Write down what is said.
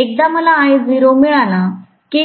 एकदा मला Io मिळालं की